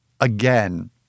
again